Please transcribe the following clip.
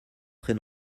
très